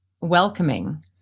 welcoming